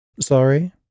Sorry